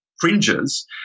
fringes